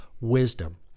wisdom